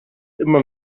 immer